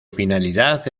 finalidad